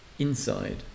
inside